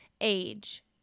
age